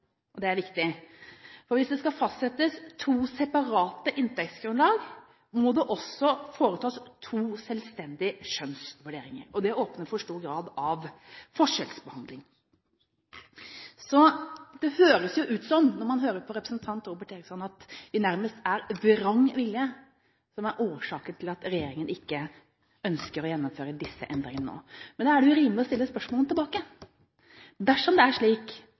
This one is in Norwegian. og det er viktig. Hvis det skal fastsettes to separate inntektsgrunnlag, må det også foretas to selvstendige skjønnsvurderinger. Det åpner for stor grad av forskjellsbehandling. Det høres ut som, når man hører på representanten Robert Eriksson, at det nærmest er vrangvilje som er årsaken til at regjeringen ikke ønsker å gjennomføre disse endringene nå. Men da er det rimelig å stille spørsmålet tilbake: Dersom det er slik